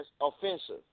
offensive